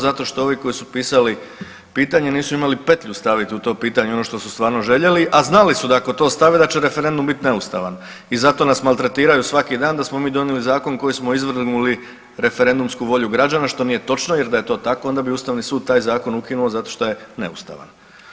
Zato što ovi koji su pisali pitanje nisu imali petlju stavit u to pitanje ono što su stvarno željeli, a znali su da ako to stave da će referendum biti neustavan i zato nas maltretiraju svaki dan da smo mi donijeli zakon kojim smo izvrgnuli referendumsku volju građana, što nije točno jer da je to tako onda bi ustavni sud taj zakon ukinuo zato što je neustavan.